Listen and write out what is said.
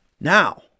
Now